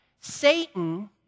Satan